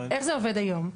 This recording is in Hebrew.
איך זה עובד היום?